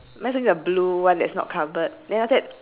person that is has a ghost right both